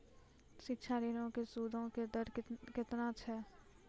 शिक्षा ऋणो के सूदो के दर केतना छै?